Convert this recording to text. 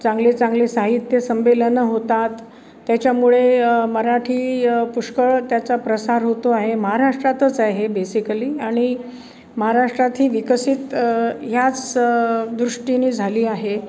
चांगले चांगले साहित्य संमेलनं होतात त्याच्यामुळे मराठी पुष्कळ त्याचा प्रसार होतो आहे महाराष्ट्रातच आहे बेसिकली आणि महाराष्ट्रातही विकसित ह्याच दृष्टीने झाली आहे